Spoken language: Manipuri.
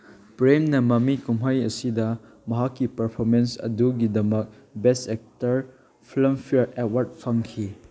ꯄ꯭ꯔꯦꯝꯅ ꯃꯃꯤ ꯀꯨꯝꯍꯩ ꯑꯁꯤꯗ ꯃꯍꯥꯛꯀꯤ ꯄꯔꯐꯣꯔꯃꯦꯟꯁ ꯑꯗꯨꯒꯤꯗꯃꯛ best actor Filmfare award ꯐꯪꯈꯤ